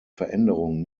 veränderung